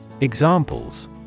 Examples